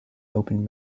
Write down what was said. open